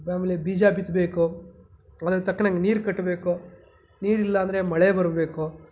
ಆಮೇಲೆ ಬೀಜ ಬಿತ್ತಬೇಕು ಅದಕ್ಕೆ ತಕ್ಕಂಗೆ ನೀರು ಕಟ್ಟಬೇಕು ನೀರಿಲ್ಲ ಅಂದರೆ ಮಳೆ ಬರಬೇಕು